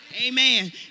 Amen